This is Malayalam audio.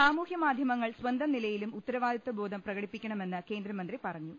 സാമൂഹ്യമാധ്യമങ്ങൾ സ്വന്തം നിലയിലും ഉത്തരവാദിത്വബോധം പ്രകടിപ്പിക്കണമെന്ന് കേന്ദ്രമന്ത്രി പറഞ്ഞു